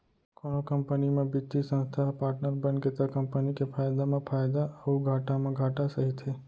कोनो कंपनी म बित्तीय संस्था ह पाटनर बनगे त कंपनी के फायदा म फायदा अउ घाटा म घाटा सहिथे